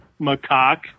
macaque